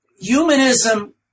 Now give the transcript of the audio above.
humanism